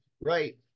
right